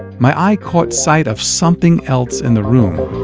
my eye caught sight of something else in the room.